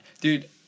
Dude